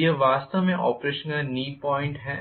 तो यह वास्तव में ऑपरेशन का नी बिंदु है